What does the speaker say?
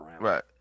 Right